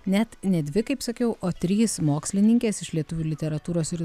net ne dvi kaip sakiau o trys mokslininkės iš lietuvių literatūros ir